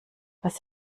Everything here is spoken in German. was